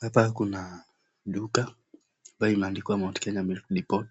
Hapa kuna duka ambayo imeandikwa Mount Kenya Milk Depot .